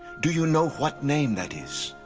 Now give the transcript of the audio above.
do you know what name that is?